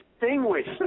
distinguished